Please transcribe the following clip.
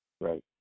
Right